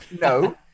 no